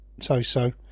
So-so